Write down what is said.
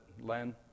Len